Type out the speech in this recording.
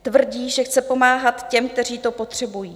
Tvrdí, že chce pomáhat těm, kteří to potřebují.